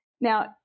Now